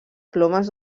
plomes